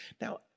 Now